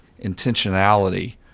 intentionality